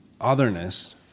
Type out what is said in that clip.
otherness